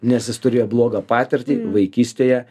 nes jis turėjo blogą patirtį vaikystėje